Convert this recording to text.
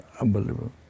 unbelievable